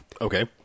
Okay